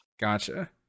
gotcha